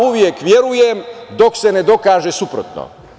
Uvek verujem, dok se ne dokaže suprotno.